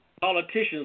Politicians